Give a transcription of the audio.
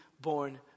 born